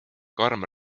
karm